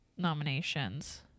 nominations